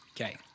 Okay